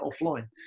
offline